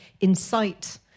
incite